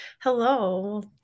Hello